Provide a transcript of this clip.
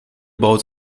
baut